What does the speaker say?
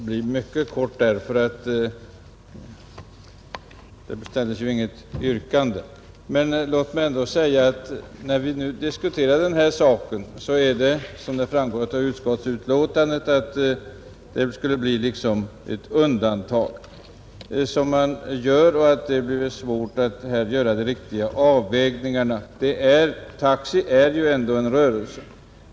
Herr talman! Jag skall fatta mig mycket kort, därför att inget yrkande ställdes. Låt mig ändå säga, när vi nu diskuterar denna fråga, att ett bifall till motionen — såsom framgår av utskottets betänkande — skulle innebära ett undantag just för radiomottagare i taxibilar och att det skulle vara svårt att göra riktiga avvägningar. Taxi är ändå en rörelse.